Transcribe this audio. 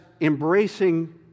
embracing